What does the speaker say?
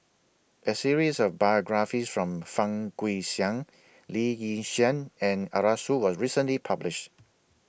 A series of biographies from Fang Guixiang Lee Yi Shyan and Arasu was recently published